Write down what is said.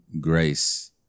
grace